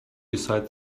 beside